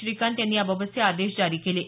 श्रीकांत यांनी याबाबतचे आदेश जारी केले आहेत